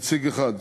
נציג אחד,